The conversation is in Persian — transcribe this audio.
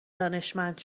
دانشمند